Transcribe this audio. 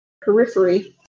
periphery